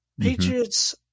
Patriots